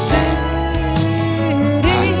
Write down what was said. City